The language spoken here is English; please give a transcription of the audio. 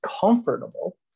comfortable